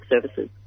services